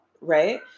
right